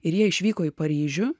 ir jie išvyko į paryžių